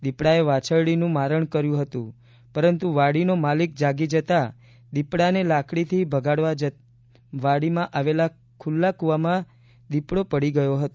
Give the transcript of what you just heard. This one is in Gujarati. દીપડાએ વાછરડીનું મારણ કર્યું હતું પરંતુ વાડીનો માલિક જાગી જતા દીપડાને લાકડીથી ભગાડતા વાડીમાં આવેલા ખુલ્લા કુવામાં દીપડો પડી ગયો હતો